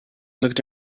looked